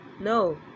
no